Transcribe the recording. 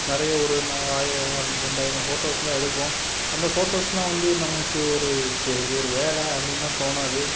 நிறைய ஒரு ஆயிரம் ரெண்டாயிரம் ஃபோட்டோஸெலாம் எடுப்போம் அந்த ஃபோட்டோஸெலாம் வந்து நமக்கு ஒரு இது ஒரு வேலை அப்படின்லாம் தோணாது